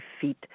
feet